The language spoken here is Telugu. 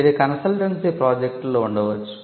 ఇది కన్సల్టెన్సీ ప్రాజెక్టులలో ఉండవచ్చు